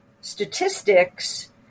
statistics